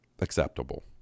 acceptable